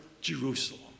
Jerusalem